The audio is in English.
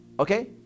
Okay